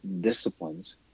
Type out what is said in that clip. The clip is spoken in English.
disciplines